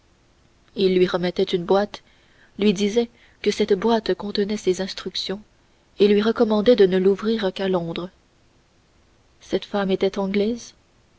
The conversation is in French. il lui remettait une boîte lui disait que cette boîte contenait ses instructions et lui recommandait de ne l'ouvrir qu'à londres cette femme était anglaise